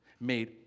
made